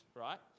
right